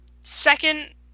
second